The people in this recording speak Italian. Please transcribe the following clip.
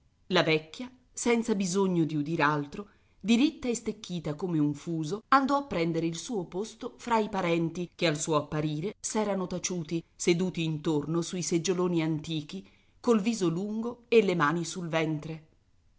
la vecchia senza bisogno di udir altro diritta e stecchita come un fuso andò a prendere il suo posto fra i parenti che al suo apparire s'erano taciuti seduti intorno sui seggioloni antichi col viso lungo e le mani sul ventre